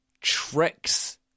tricks